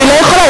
אני לא יכולה,